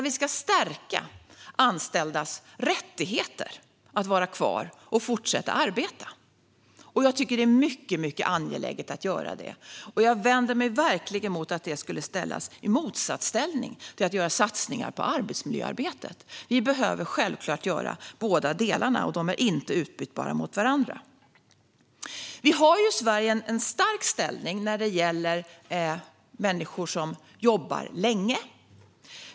Vi ska stärka anställdas rättigheter att vara kvar och fortsätta arbeta. Jag tycker att det är mycket angeläget att göra det. Jag vänder mig verkligen mot att det skulle ställas i motsats till att göra satsningar på arbetsmiljöarbetet. Vi behöver självklart göra båda delarna, och de är inte utbytbara mot varandra. Vi har i Sverige en stark ställning när det gäller människor som jobbar länge.